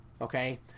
Okay